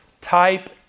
Type